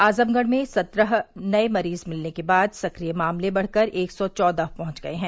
आजमगढ़ में सत्रह मरीज मिलने के बाद सक्रिय मामले बढ़कर एक सौ चौदह पहुंच गए हैं